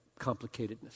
complicatedness